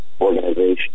organization